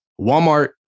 Walmart